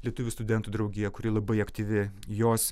lietuvių studentų draugija kuri labai aktyvi jos